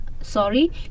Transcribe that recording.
Sorry